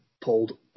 pulled